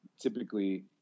typically